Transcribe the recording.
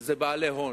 זה בעלי הון.